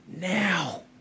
now